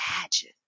imagine